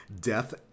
Death